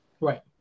Right